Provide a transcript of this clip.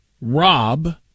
Rob